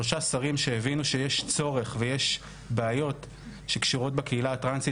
שלושה שרים שהבינו שיש צורך ויש בעיות שקשורות בקהילה הטרנסית,